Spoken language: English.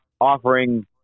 offering